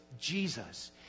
Jesus